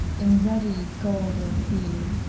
in ready gold or fee,